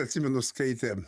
atsimenu skaitė